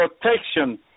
protection